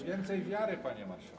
Więcej wiary, panie marszałku.